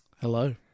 Hello